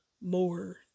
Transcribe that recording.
more